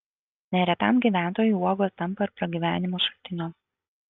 neretam gyventojui uogos tampa ir pragyvenimo šaltiniu